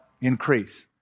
increase